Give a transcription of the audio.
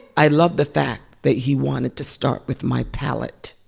i love the fact that he wanted to start with my palate